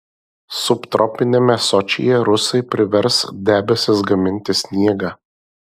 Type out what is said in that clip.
subtropiniame sočyje rusai privers debesis gaminti sniegą